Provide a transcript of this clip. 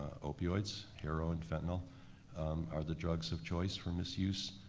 opioids, heroin, fentanyl are the drugs of choice for misuse.